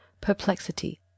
Perplexity